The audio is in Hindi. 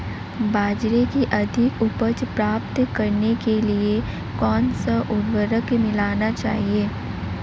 बाजरे की अधिक उपज प्राप्त करने के लिए कौनसा उर्वरक मिलाना चाहिए?